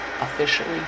officially